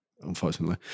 unfortunately